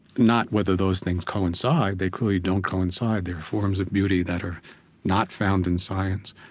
not whether those things coincide they clearly don't coincide. there are forms of beauty that are not found in science,